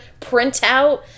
printout